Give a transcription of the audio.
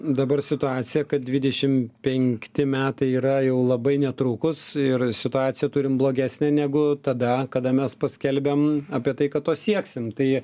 dabar situacija kad dvidešim penkti metai yra jau labai netrukus ir situaciją turim blogesnę negu tada kada mes paskelbėm apie tai kad to sieksim tai